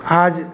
आज